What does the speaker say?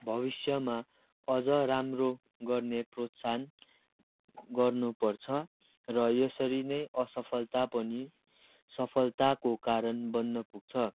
भविष्यमा अझ राम्रो गर्ने प्रोत्साहन गर्नु पर्छ र यसरी नै असफलता पनि सफलताको कारण बन्न पुग्छ